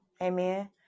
Amen